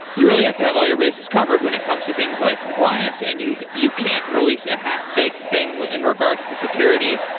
you really have to have all your bases covered when it comes to things like compliance and you you can't release a half-baked thing in regards to security.